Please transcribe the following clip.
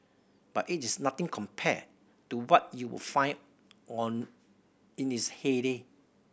but it is nothing compared to what you would find on in its heyday